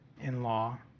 in-law